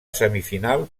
semifinal